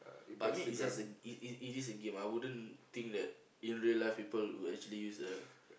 but I mean it's just a it it it just a game I wouldn't think that in real life people would actually use a